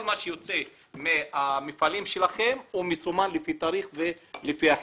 כל מה שיוצא מן המפעלים שלכם מסומן לפי תאריך ולפי החברה.